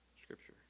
scripture